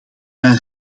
dan